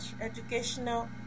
educational